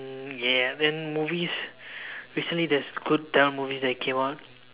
ya then movies recently there's good tamil movies that came out